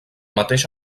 mateix